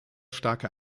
starke